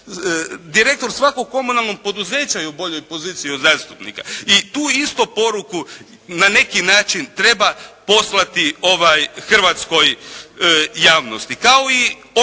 Direktor svakog komunalnog poduzeća je u boljoj poziciji od zastupnika i tu isto poruku na neki način treba poslati hrvatskoj javnosti.